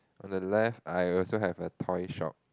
on the left I also have a toy shop